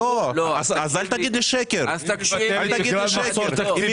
אז אל תגיד לי שקר, אל תגיד לי שקר.